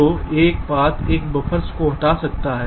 तो एक पाथ एक बफ़र्स को हटा सकता है